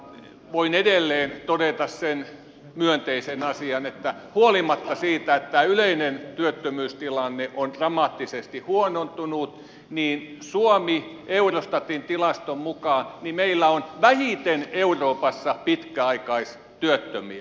voin edelleen todeta sen myönteisen asian että huolimatta siitä että tämä yleinen työttömyystilanne on dramaattisesti huonontunut suomella eurostatin tilaston mukaan on vähiten euroopassa pitkäaikaistyöttömiä